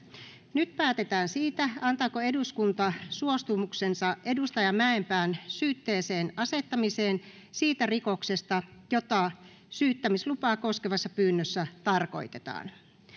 nyt päätetään siitä antaako eduskunta suostumuksensa edustaja mäenpään syytteeseen asettamiseen siitä rikoksesta jota syyttämislupaa koskevassa pyynnössä tarkoitetaan